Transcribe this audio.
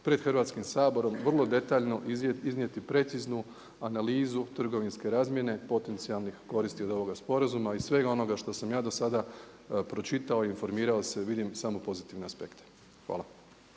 pred Hrvatskim saborom vrlo detaljno iznijeti preciznu analizu trgovinske razmjene potencijalnih koristi od ovoga sporazuma i svega onoga što sam ja dosada pročitao i informirao se i vidim samo pozitivne aspekte. Hvala.